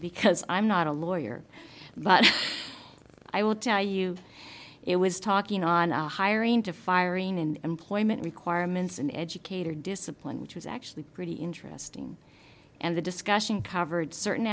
because i'm not a lawyer but i will tell you it was talking on hiring to firing and employment requirements an educator discipline which was actually pretty interesting and the discussion covered certain